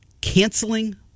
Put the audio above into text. canceling